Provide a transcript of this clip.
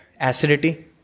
acidity